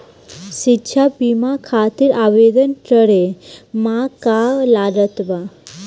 शिक्षा बीमा खातिर आवेदन करे म का का लागत बा?